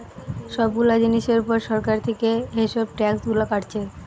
সব গুলা জিনিসের উপর সরকার থিকে এসব ট্যাক্স গুলা কাটছে